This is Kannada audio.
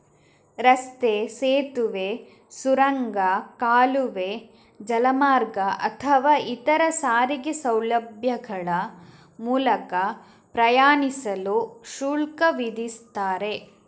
ರಸ್ತೆ, ಸೇತುವೆ, ಸುರಂಗ, ಕಾಲುವೆ, ಜಲಮಾರ್ಗ ಅಥವಾ ಇತರ ಸಾರಿಗೆ ಸೌಲಭ್ಯಗಳ ಮೂಲಕ ಪ್ರಯಾಣಿಸಲು ಶುಲ್ಕ ವಿಧಿಸ್ತಾರೆ